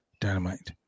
Dynamite